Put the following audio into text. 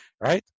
Right